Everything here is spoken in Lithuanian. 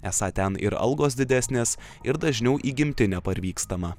esą ten ir algos didesnės ir dažniau į gimtinę parvykstama